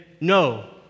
no